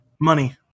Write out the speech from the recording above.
Money